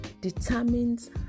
determines